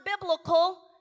biblical